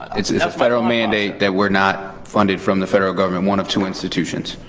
it's a federal mandate that we're not funded from the federal government. one of two institutions.